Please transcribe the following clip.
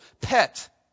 pet